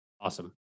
awesome